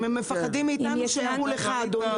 אם הם מפחדים מאתנו שיראו לך אדוני.